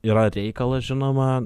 yra reikalas žinoma